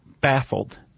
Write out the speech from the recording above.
baffled